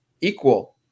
equal